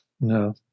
No